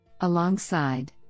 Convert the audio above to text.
Alongside